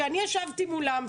שאני ישבתי מולם,